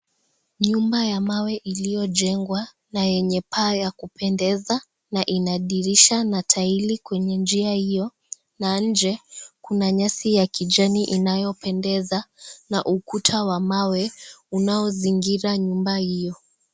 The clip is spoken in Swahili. Nyumba ya mawe iliyojengwa na yenye paa ya kupendeza na ina dirisha na taili kwenye njia hiyo na nje kuna nyasi ya kijani inayopendeza na ukuta wa mawe unaozingira nyumba hiyo.